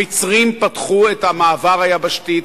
המצרים פתחו את המעבר היבשתי,